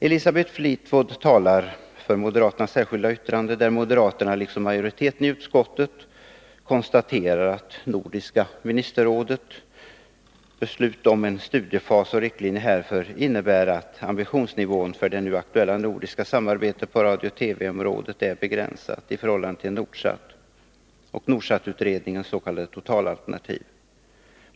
Elisabeth Fleetwood talar för moderaternas särskilda yttrande, där moderaterna konstaterar — liksom majoriteten i utskottet — att Nordiska ministerrådets beslut om en studiefas och riktlinjer härför innebär att ambitionsnivån för det nu aktuella nordiska samarbetet på radio-TV området är begränsad i förhållande till Nordsat och Nordsatutredningens s.k. totalalternativ.